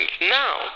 Now